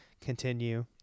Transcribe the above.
continue